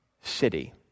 city